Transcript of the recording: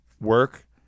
work